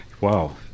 wow